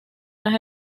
las